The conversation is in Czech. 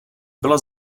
byla